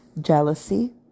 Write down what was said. Jealousy